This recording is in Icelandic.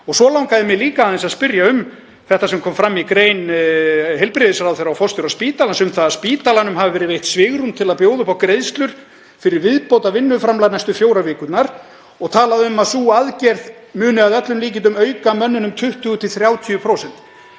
Svo langaði mig líka aðeins að spyrja um það sem fram kom í grein heilbrigðisráðherra og forstjóra spítalans um að spítalanum hafi verið veitt svigrúm til þess að bjóða upp á greiðslur fyrir viðbótarvinnuframlag næstu fjórar vikurnar og talað um að sú aðgerð muni að öllum líkindum auka mönnun um 20–30%.